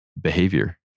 behavior